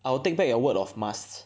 I will take back your word of must